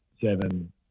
seven